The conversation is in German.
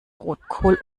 rotkohl